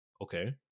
okay